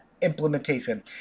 implementation